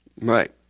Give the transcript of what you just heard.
Right